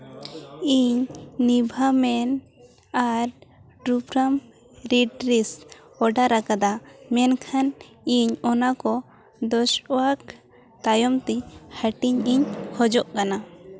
ᱤᱧ ᱱᱤᱵᱷᱟ ᱢᱮᱱ ᱟᱨ ᱴᱨᱩᱯᱷᱨᱟᱢ ᱨᱮᱰ ᱨᱮᱥ ᱚᱰᱟᱨ ᱟᱠᱟᱫᱟ ᱢᱮᱱᱠᱷᱟᱱ ᱤᱧ ᱚᱱᱟ ᱠᱚ ᱫᱚᱥ ᱳᱣᱟᱠ ᱛᱟᱭᱚᱢ ᱛᱮ ᱦᱟᱹᱴᱤᱧ ᱤᱧ ᱠᱷᱚᱡᱚᱜ ᱠᱟᱱᱟ